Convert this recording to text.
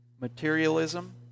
materialism